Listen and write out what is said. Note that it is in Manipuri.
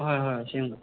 ꯍꯣꯏ ꯍꯣꯏ ꯑꯁꯦꯡꯕ